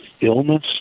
illness